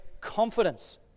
confidence